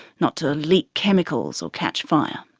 not to leak chemicals or catch fire.